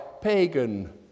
pagan